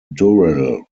durrell